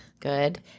Good